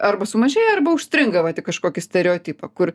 arba sumažėja arba užstringa vat į kažkokį stereotipą kur